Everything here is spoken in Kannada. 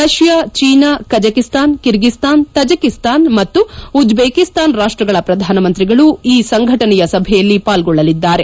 Russia China Kazakhstan Kyrgyzstan Tajikistan ಮತ್ತು ಉಜ್ಲೇಕಿಸ್ತಾನ್ ರಾಷ್ಲಗಳ ಪ್ರಧಾನಮಂತ್ರಿಗಳು ಈ ಸಂಘಟನೆಯ ಸಭೆಯಲ್ಲಿ ಪಾಲ್ಗೊಳ್ಳಲಿದ್ದಾರೆ